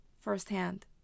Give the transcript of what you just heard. firsthand